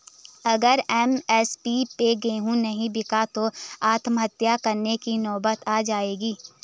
अगर एम.एस.पी पे गेंहू नहीं बिका तो आत्महत्या करने की नौबत आ जाएगी